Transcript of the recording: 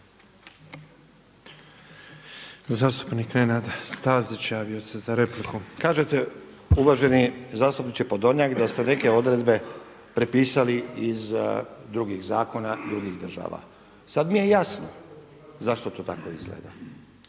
Zastupnik Nenad Stazić javio se za repliku. **Stazić, Nenad (SDP)** Kažete uvaženi zastupniče Podolnjak da ste neke odredbe prepisali iz drugih zakona drugih država. Sada mi je jasno zašto to tako izgleda